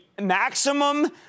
maximum